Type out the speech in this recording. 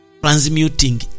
transmuting